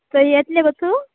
तर येतलें गो तूं